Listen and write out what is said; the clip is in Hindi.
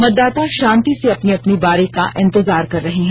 मतदाता शांति से अपनी अपनी बारी का इंतजार कर रहे हैं